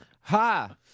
Ha